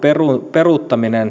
peruuttamisesta